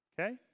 okay